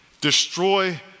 Destroy